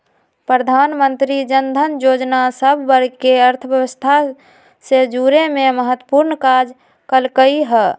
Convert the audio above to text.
प्रधानमंत्री जनधन जोजना सभ वर्गके अर्थव्यवस्था से जुरेमें महत्वपूर्ण काज कल्कइ ह